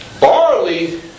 barley